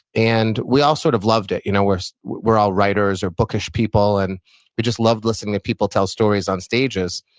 and we all sort of loved it. you know we're so we're all writers or bookish people and we just love listening to people tell stories on stages,